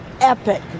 epic